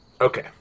Okay